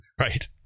right